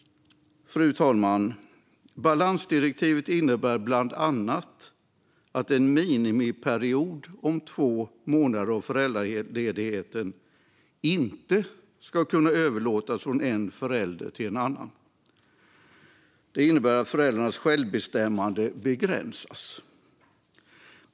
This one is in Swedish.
Fru talman! Balansdirektivet innebär bland annat att en minimiperiod om två månader av föräldraledigheten inte ska kunna överlåtas från en förälder till en annan. Det innebär att föräldrars självbestämmande begränsas.